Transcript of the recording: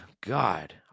God